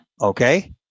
Okay